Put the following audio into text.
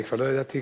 אני כבר לא ידעתי,